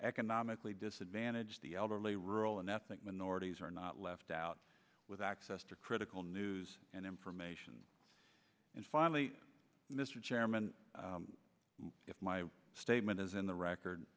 economically disadvantaged the elderly rural and ethnic minorities are not left out with access to critical news and information and finally mr chairman if my statement is in the record